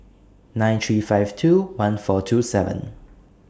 nine three five two one four two seven